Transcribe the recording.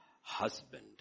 husband